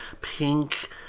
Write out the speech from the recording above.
pink